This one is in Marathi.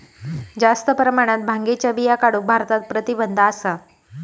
जास्त प्रमाणात भांगेच्या बिया काढूक भारतात प्रतिबंध असा